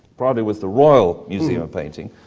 prado was the royal museum of painting,